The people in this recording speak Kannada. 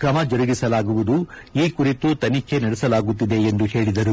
ಕ್ರಮ ಜರುಗಿಸಲಾಗುವುದು ಈ ಕುರಿತು ತನಿಖೆ ನಡೆಸಲಾಗುತ್ತಿದೆ ಎಂದು ಹೇಳಿದರು